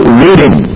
reading